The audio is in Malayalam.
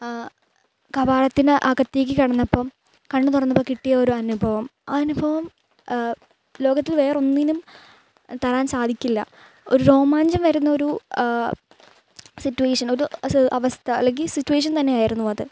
കവാടത്തിന് അകത്തേക്ക് കടന്നപ്പം കണ്ണ് തുറന്നപ്പം കിട്ടിയ ഒരനുഭവം ആ അനുഭവം ലോകത്തിൽ വേറൊന്നിനും തരാൻ സാധിക്കില്ല ഒരു രോമാഞ്ചം വരുന്ന ഒരു സിറ്റുവേഷൻ ഒരു അവസ്ഥ അല്ലെങ്കിൽ സിറ്റുവേഷൻ തന്നെ ആയിരുന്നു അത്